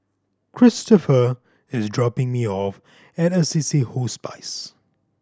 Cristopher is dropping me off at Assisi Hospice